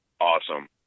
Awesome